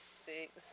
six